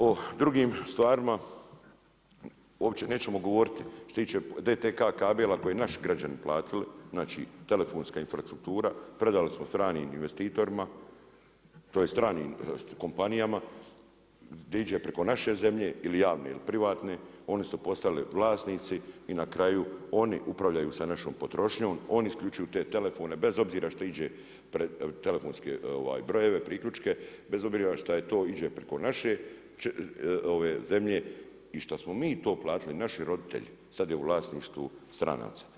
O drugim stvarima, uopće nećemo govoriti što se tiče DTK kabela koji su naši građani platili, znači telefonska infrastruktura, predali smo stranim investitorima, tj. stranim kompanijama, gdje iđe preko naše zemlje ili javne ili privatne, oni su postali vlasnici i na kraju oni upravljaju sa našom potrošnjom, oni isključuju te telefone bez obzira što iđe pred telefonske brojeve, priključke, bez obzira šta to iđe preko naše zemlje i šta smo mi to platili, naši roditelji, sad je u vlasništvu stranaca.